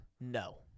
No